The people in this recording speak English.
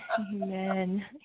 Amen